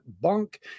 bunk